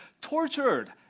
Tortured